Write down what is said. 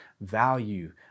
value